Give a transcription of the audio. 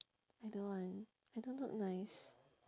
I don't want I don't look nice